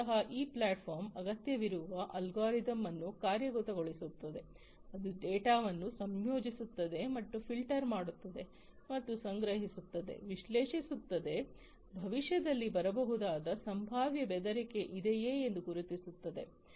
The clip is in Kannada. ಮೂಲತಃ ಈ ಪ್ಲಾಟ್ಫಾರ್ಮ್ ಅಗತ್ಯವಿರುವ ಅಲ್ಗಾರಿದಮ್ ಅನ್ನು ಕಾರ್ಯಗತಗೊಳಿಸುತ್ತದೆ ಅದು ಡೇಟಾವನ್ನು ಸಂಯೋಜಿಸುತ್ತದೆ ಮತ್ತು ಫಿಲ್ಟರ್ ಮಾಡುತ್ತದೆ ಮತ್ತು ಸಂಗ್ರಹಿಸುತ್ತದೆ ವಿಶ್ಲೇಷಿಸುತ್ತದೆ ಭವಿಷ್ಯದಲ್ಲಿ ಬರಬಹುದಾದ ಸಂಭಾವ್ಯ ಬೆದರಿಕೆ ಇದೆಯೇ ಎಂದು ಗುರುತಿಸಲು